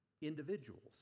individuals